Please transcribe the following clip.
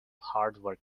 hardware